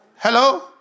Hello